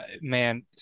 man